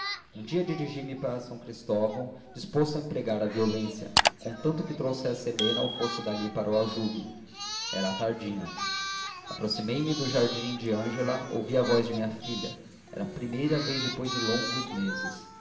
um dia dirigi-me para s cristóvão disposto a empregar a violência contanto que trouxesse helena ou fosse dali para o aljube era à tardinha aproximei-me do jardim de ângela ouvi a voz de minha filha era a primeira vez depois de longos meses